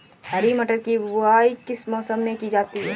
हरी मटर की बुवाई किस मौसम में की जाती है?